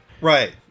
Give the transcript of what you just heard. Right